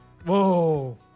Whoa